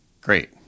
Great